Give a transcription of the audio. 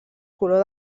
color